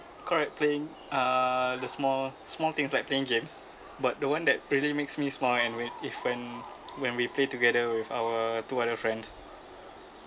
correct playing uh the small small things like playing games but the one that really makes me smile and with if when we play together with our two other friends